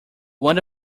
one